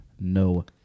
No